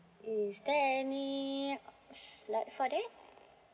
is there any slot for that